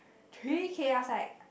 three K I was like